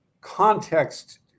context